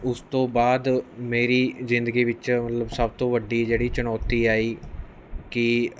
ਉਸ ਤੋਂ ਬਾਅਦ ਮੇਰੀ ਜ਼ਿੰਦਗੀ ਵਿੱਚ ਮਤਲਬ ਸਭ ਤੋਂ ਵੱਡੀ ਜਿਹੜੀ ਚੁਣੌਤੀ ਆਈ ਕਿ